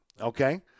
okay